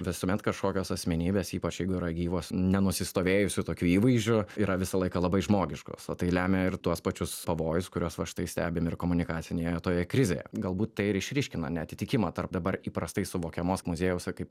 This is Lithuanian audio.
visuomet kažkokios asmenybės ypač jeigu yra gyvos nenusistovėjusiu tokiu įvaizdžiu yra visą laiką labai žmogiškos o tai lemia ir tuos pačius pavojus kuriuos va štai stebim ir komunikacinėje toje krizėje galbūt tai ir išryškina neatitikimą tarp dabar įprastai suvokiamos muziejaus kaip